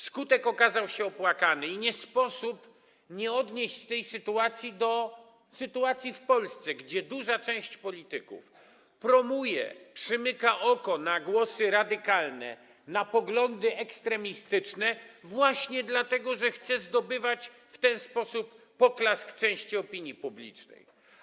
Skutek okazał się opłakany i nie sposób nie odnieść tej sytuacji do sytuacji w Polsce, gdzie duża część polityków promuje, przymyka oko na radykalne wypowiedzi i ekstremistyczne poglądy właśnie dlatego, że chce zdobywać w ten sposób poklask części opinii publicznej.